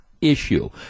issue